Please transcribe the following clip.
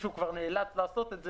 זה נושא שהוא מאוד מהותי וחשוב.